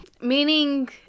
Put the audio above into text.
Meaning